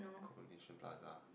Coronation-Plaza